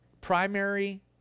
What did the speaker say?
primary